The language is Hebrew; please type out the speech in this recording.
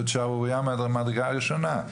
זאת שערורייה מהמדרגה הראשונה.